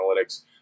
analytics